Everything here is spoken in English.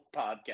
podcast